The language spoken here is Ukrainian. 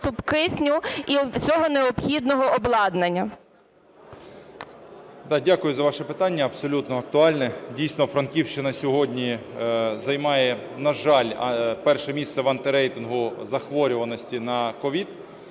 дякую за ваше питання абсолютно актуальне. Дійсно, Франківщина сьогодні займає, на жаль, перше місце в антирейтингу захворюваності на COVID.